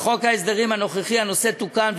בחוק ההסדרים הנוכחי הנושא תוקן,